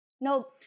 No